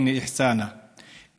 בשם אללה הרחמן והרחום.